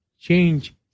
Change